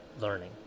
learning